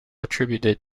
attributed